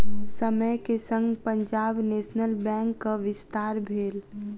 समय के संग पंजाब नेशनल बैंकक विस्तार भेल